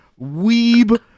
weeb